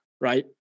right